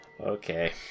Okay